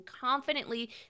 confidently